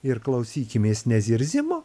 ir klausykimės ne zirzimo